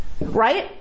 right